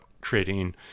creating